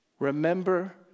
Remember